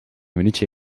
minuutje